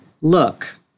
look